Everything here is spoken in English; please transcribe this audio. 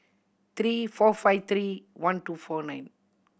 three four five three one two four nine